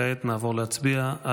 הצעת חוק העונשין (תיקון,